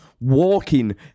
walking